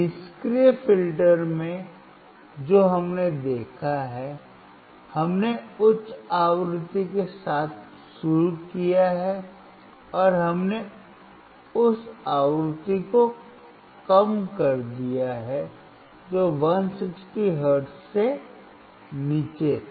निष्क्रिय फिल्टर में जो हमने देखा है हमने उच्च आवृत्ति के साथ शुरू किया और हमने उस आवृत्ति को कम कर दिया जो 160 हर्ट्ज से नीचे था